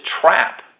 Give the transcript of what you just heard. trap